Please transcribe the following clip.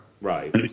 Right